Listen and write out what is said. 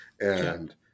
and-